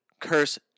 curse